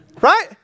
right